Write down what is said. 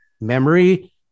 memory